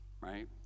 right